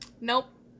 Nope